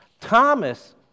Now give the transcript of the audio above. Thomas